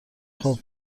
خوب